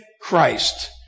Christ